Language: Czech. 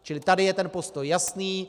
Čili tady je ten postoj jasný.